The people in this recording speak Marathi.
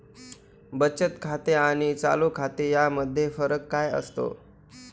बचत खाते आणि चालू खाते यामध्ये फरक काय असतो?